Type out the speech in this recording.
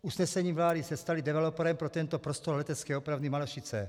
Usnesením vlády se staly developerem pro tento prostor Letecké opravny Malešice.